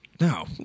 No